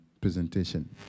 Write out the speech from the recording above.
presentation